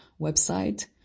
website